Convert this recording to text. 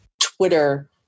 Twitter